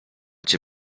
cię